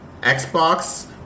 Xbox